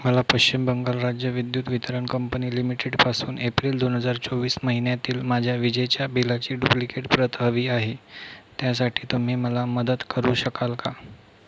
मला पश्चिम बंगाल राज्य विद्युत वितरण कंपनी लिमिटेडपासून एप्रिल दोन हजार चोवीस महिन्यातील माझ्या विजेच्या बिलाची डुप्लिकेट प्रत हवी आहे त्यासाठी तुम्ही मला मदत करू शकाल का